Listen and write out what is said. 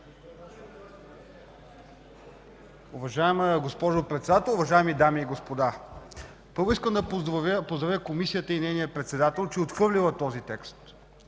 Уважаема госпожо Председател, уважаеми дами и господа! Първо, искам да поздравя Комисията и нейния председател, че е отхвърлила този текст